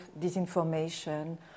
disinformation